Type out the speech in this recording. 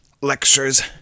lectures